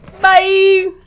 Bye